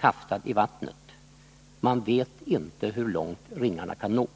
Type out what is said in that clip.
kasta en sten i vattnet — man vet inte hur långt ringarna kan nå.